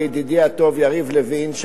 לידידי הטוב יריב לוין,